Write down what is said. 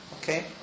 Okay